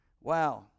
Wow